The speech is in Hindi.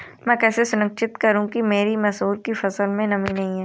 मैं कैसे सुनिश्चित करूँ कि मेरी मसूर की फसल में नमी नहीं है?